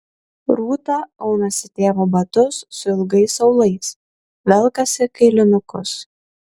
rūta aunasi tėvo batus su ilgais aulais velkasi kailinukus